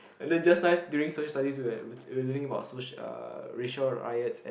and then just nice during social studies we were like we were learning about uh racial riots and